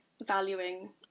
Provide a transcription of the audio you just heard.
valuing